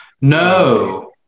no